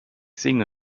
singe